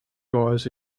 guys